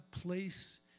place